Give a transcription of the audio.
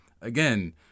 again